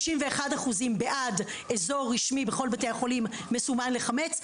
61% בעד אזור רשמי בכל בתי החולים מסומן לחמץ,